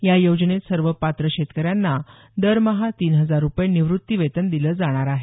या योजनेत सर्व पात्र शेतकऱ्यांना दरमहा तीन हजार रूपये निवृत्ती वेतन दिलं जाणार आहे